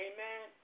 Amen